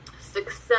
Success